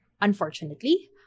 unfortunately